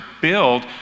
build